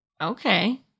Okay